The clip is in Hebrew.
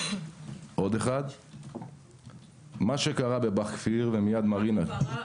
מה שקרה בבא"ח כפיר --- רק הבהרה,